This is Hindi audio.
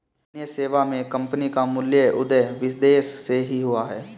अन्य सेवा मे कम्पनी का मूल उदय विदेश से ही हुआ है